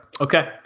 okay